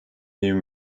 new